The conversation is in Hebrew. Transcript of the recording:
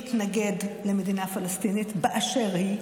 מתנגדים למדינה פלסטינית באשר היא,